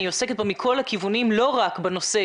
אני עוסקת בו מכל הכיוונים ולא רק בנושא